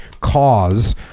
cause